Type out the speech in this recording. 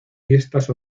fiestas